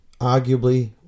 arguably